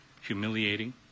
humiliating